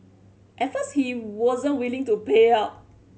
at first he wasn't willing to pay up